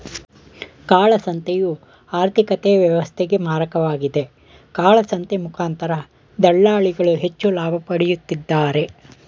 ಕಾಳಸಂತೆಯು ಆರ್ಥಿಕತೆ ವ್ಯವಸ್ಥೆಗೆ ಮಾರಕವಾಗಿದೆ, ಕಾಳಸಂತೆ ಮುಖಾಂತರ ದಳ್ಳಾಳಿಗಳು ಹೆಚ್ಚು ಲಾಭ ಪಡೆಯುತ್ತಿದ್ದಾರೆ